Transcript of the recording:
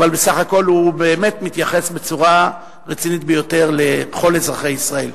אבל בסך הכול הוא באמת מתייחס בצורה רצינית ביותר לכל אזרחי ישראל.